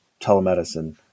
telemedicine